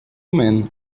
men